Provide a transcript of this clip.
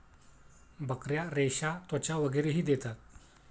बकऱ्या रेशा, त्वचा वगैरेही देतात